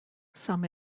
some